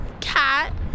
cat